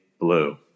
Blue